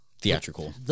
theatrical